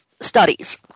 studies